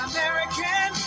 American